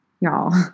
Y'all